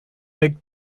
big